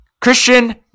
Christian